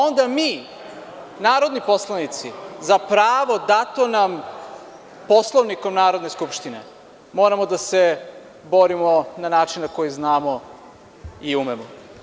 Onda mi narodni poslanici za pravo dato nam Poslovnikom Narodne skupštine moramo da se borimo na način na koji znamo i umemo.